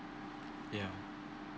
yeah